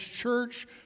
church